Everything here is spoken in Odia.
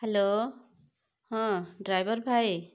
ହ୍ୟାଲୋ ହଁ ଡ୍ରାଇଭର ଭାଇ